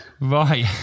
Right